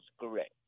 correct